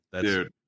Dude